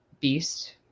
Beast